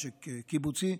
משק קיבוצי,